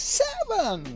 seven